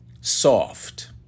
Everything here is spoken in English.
soft